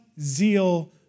zeal